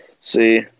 See